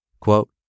Quote